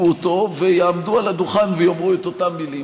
אותו ויעמדו על הדוכן ויאמרו את אותן מילים.